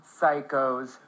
psychos